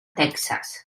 texas